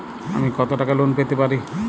আমি কত টাকা লোন পেতে পারি?